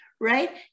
right